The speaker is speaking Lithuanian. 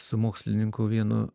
su mokslininku vienu